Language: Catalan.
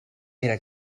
era